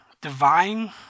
Divine